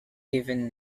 given